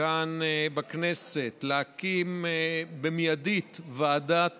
כאן בכנסת להקים במיידי ועדה